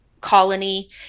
colony